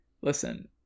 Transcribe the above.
listen